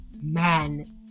man